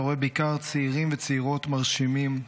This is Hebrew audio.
אתה רואה בעיקר צעירים וצעירות מרשימים,